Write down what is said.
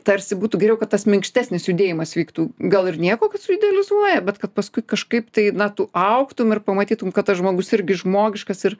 tarsi būtų geriau kad tas minkštesnis judėjimas vyktų gal ir nieko kad suidealizuoja bet kad paskui kažkaip tai na tu augtum ir pamatytum kad tas žmogus irgi žmogiškas ir